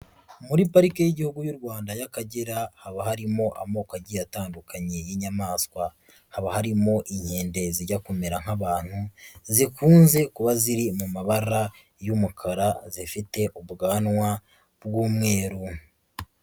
Muri Parike y'Igihugu y'u Rwanda y'Akagera haba harimo amoko agiye atandukanye y'inyamaswa, haba harimo inkende zijya kumera nk'abantu zikunze kuba ziri mu mabara y'umukara zifite ubwanwa bw'umweru.